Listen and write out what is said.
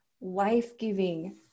life-giving